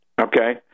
okay